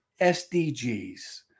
SDGs